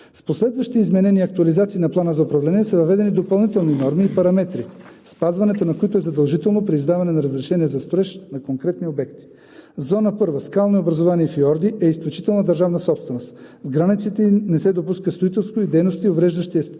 С последващи изменения и актуализации на плана за управление са въведени допълнителни норми и параметри, спазването на които е задължително при издаване на разрешение за строеж на конкретни обекти. Зона 1 – скални образувания и фиорди, е изключителна държавна собственост. В границите ѝ не се допуска строителство и дейности, увреждащи естетическата